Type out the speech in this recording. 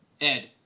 Ed